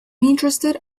interested